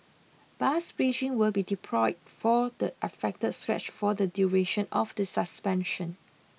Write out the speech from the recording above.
bus bridging will be deployed for the affected stretch for the duration of the suspension